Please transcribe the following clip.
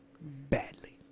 badly